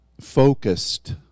focused